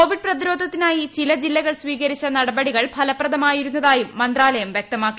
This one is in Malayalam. കോവിഡ് പ്രതിരോധത്തിനായി ചില ജില്ലകൾ സ്വീകരിച്ച നടപടികൾ ഫലപ്രദമായിരുന്നതായും മന്ത്രാലയം വൃക്തമാക്കി